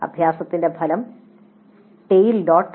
അഭ്യാസത്തിന്റെ ഫലം tale